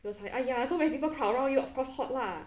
he was like !aiya! so many people crowd around you of course hot lah